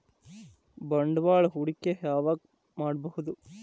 ಬಂಡವಾಳ ಹೂಡಕಿ ಯಾವಾಗ್ ಮಾಡ್ಬಹುದು?